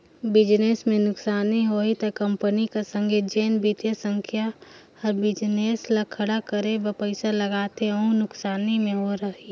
business में नुकसानी होही ता कंपनी कर संघे जेन बित्तीय संस्था हर बिजनेस ल खड़ा करे बर पइसा लगाए रहथे वहूं नुकसानी में रइही